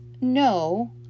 no